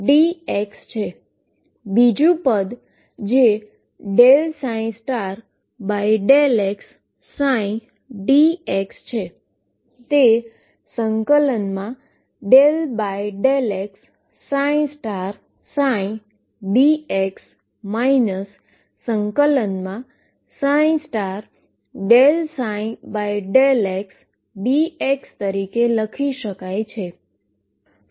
બીજુ પદ જે ∂xψd છે તે ∫∂xdx ∫∂ψ∂xdx તરીકે લખી શકાય છે